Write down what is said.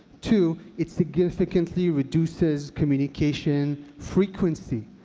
two, it significantly reduces communication frequency,